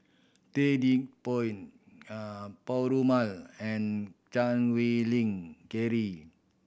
Ted De Ponti Perumal and Chan Wei Ling Cheryl